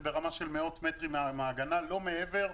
זה ברמה של מאות מטרים מהמעגנה, לא מעבר.